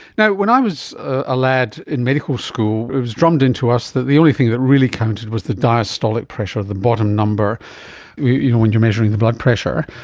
now, when i was a lad in medical school, it was drummed into us that the only thing that really counted was the diastolic pressure, the bottom number you know when you're measuring the blood pressure.